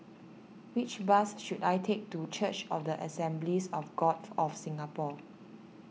which bus should I take to Church of the Assemblies of God of Singapore